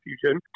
fusion